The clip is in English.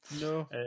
no